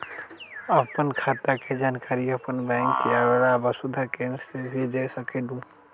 आपन खाता के जानकारी आपन बैंक के आलावा वसुधा केन्द्र से भी ले सकेलु?